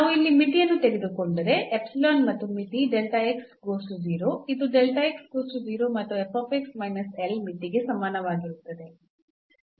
ನಾವು ಇಲ್ಲಿ ಮಿತಿಯನ್ನು ತೆಗೆದುಕೊಂಡರೆ ಮತ್ತು ಮಿತಿ ಇದು ಮತ್ತು ಮಿತಿಗೆ ಸಮನಾಗಿರುತ್ತದೆ